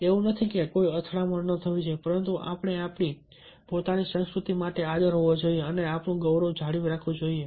એવું નથી કે કોઈ અથડામણ ન થવી જોઈએ પરંતુ આપણે આપણી પોતાની સંસ્કૃતિ માટે આદર રાખવો જોઈએ અને આપણું ગૌરવ જાળવી રાખવું જોઈએ